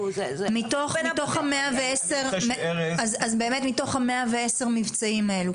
אז באמת מתוך ה-110 מבצעים האלה,